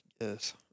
Yes